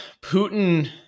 Putin